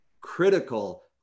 critical